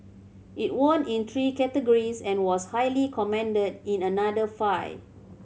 it won in three categories and was highly commended in another five